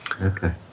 Okay